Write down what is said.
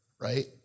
right